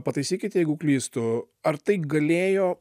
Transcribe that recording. pataisykit jeigu klystu ar tai galėjo